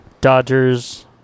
Dodgers